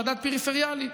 מדד פריפריאלי.